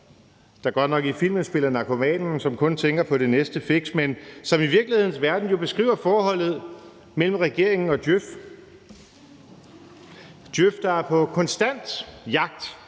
der godt nok i filmen spiller narkomanen, som kun tænker på det næste fix. I virkelighedens verden beskriver det forholdet mellem regeringen og DJØF – DJØF, der er på konstant jagt